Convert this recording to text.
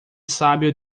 sábio